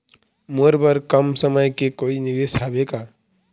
मोर बर कम समय के कोई निवेश हावे का?